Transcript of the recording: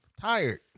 Tired